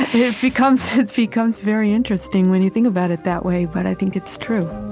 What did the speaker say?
it becomes it becomes very interesting, when you think about it that way, but i think it's true